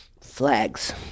Flags